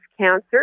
cancer